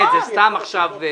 איילת, זה סתם עכשיו.